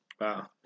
Wow